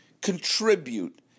contribute